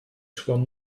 soient